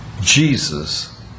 Jesus